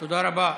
תודה רבה.